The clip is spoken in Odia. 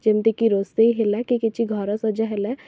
ଯେମିତିକି ରୋଷେଇ ହେଲା କି କିଛି ଘର ସଜା ହେଲା